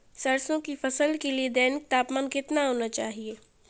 सरसों की फसल के लिए दैनिक तापमान कितना होना चाहिए?